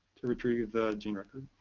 to retrieve the gene record.